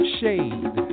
shade